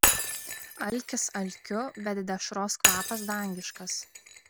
alkis alkiu bet dešros kvapas dangiškas